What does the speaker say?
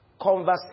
conversation